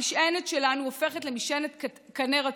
המשענת שלנו הופכת למשענת קנה רצוץ.